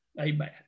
Amen